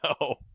no